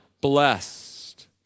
blessed